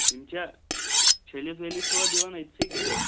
یِم چھ چھیٚلِتھ ویٚلِتھ چھُوا دِوان أتتھٕے کِنۍ